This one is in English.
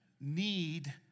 need